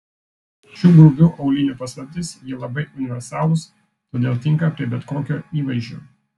šių grubių aulinių paslaptis jie labai universalūs todėl tinka prie bet kokio įvaizdžio